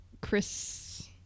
Chris